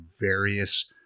various